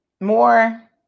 more